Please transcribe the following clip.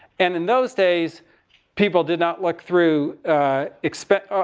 and in those days people did not look through expe,